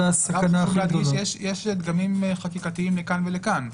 יש דגמים חקיקתיים לכאן ולכאן.